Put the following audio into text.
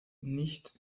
nicht